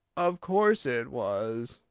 of course it was,